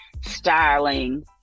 styling